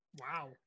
Wow